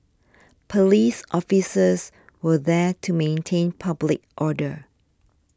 police officers were there to maintain public order